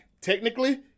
technically